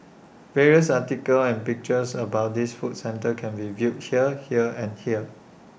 various articles and pictures about this food centre can be viewed here here and here